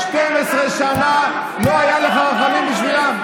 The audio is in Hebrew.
12 שנה לא היו לך רחמים בשבילם?